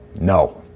No